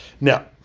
Now